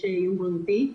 יש איום בריאותי,